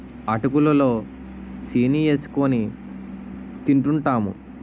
అటుకులు లో సీని ఏసుకొని తింటూంటాము